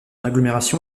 agglomération